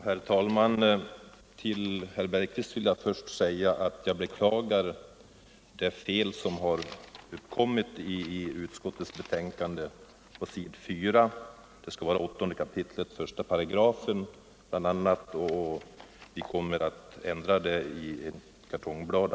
Herr talman! Till herr Bergqvist vill jag först säga att jag beklagar det fel som uppstått i utskottsbetänkandet på s. 4. Det skall bl.a. i första stycket stå ”8 kap. I § nya regeringsformen”. Vi kommer att ändra detta i ett kartongblad.